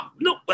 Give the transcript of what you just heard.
no